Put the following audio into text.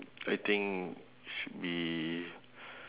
I think should be